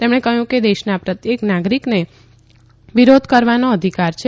તેમણે કહ્યું કે દેશના પ્રત્યેક નાગરિકને વિરોધ કરવાનો અધિકાર છે